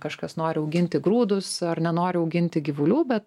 kažkas nori auginti grūdus ar nenori auginti gyvulių bet